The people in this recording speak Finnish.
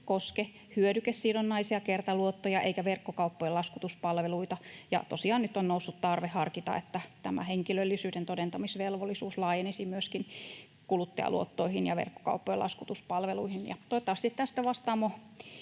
koske hyödykesidonnaisia kertaluottoja eikä verkkokauppojen laskutuspalveluita, ja tosiaan nyt on noussut tarve harkita, että tämä henkilöllisyyden todentamisvelvollisuus laajenisi myöskin kuluttajaluottoihin ja verkkokauppojen laskutuspalveluihin. Toivottavasti tästä